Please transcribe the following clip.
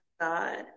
god